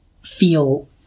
feel